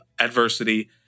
adversity